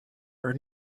our